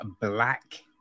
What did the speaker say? Black